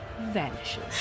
vanishes